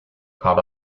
caught